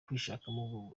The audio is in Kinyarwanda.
kwishakamo